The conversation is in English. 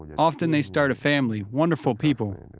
often they start a family, wonderful people.